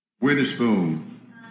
Witherspoon